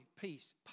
peace